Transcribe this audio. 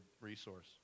resource